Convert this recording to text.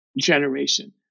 generation